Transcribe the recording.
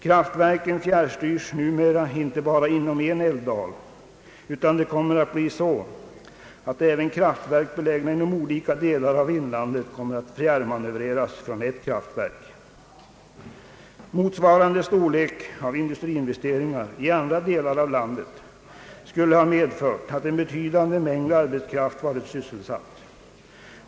Kraftverken fjärrstyrs numera inom en hel älvdal, och det blir snart så att även kraftverk belägna inom olika delar av inlandet kommer att fjärrmanövreras från ett kraftverk. Motsvarande storlek av industriinvesteringar i andra delar av landet skulle ha medfört att en betydande mängd arbetskraft varit sysselsatt.